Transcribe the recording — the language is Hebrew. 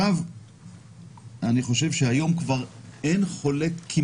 אני חושב שהיום כבר כמעט אין חולק על